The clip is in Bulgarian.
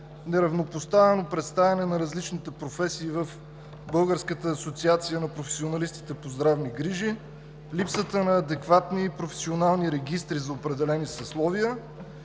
неравнопоставено представяне на различните професии в Българската асоциация на професионалистите по здравни грижи; липсата на адекватни професионални регистри за определени съсловия;